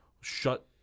shut